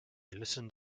listened